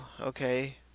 okay